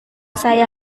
saya